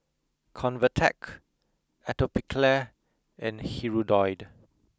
Convatec Atopiclair and Hirudoid